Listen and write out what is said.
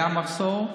היה מחסור.